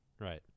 right